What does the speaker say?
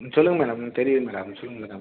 ம் சொல்லுங்கள் மேடம் தெரியும் மேடம் சொல்லுங்கள் மேடம்